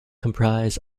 comprise